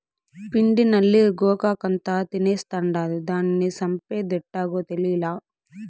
పిండి నల్లి గోగాకంతా తినేస్తాండాది, దానిని సంపేదెట్టాగో తేలీలా